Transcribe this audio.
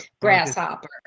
Grasshopper